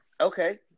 Okay